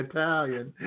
Italian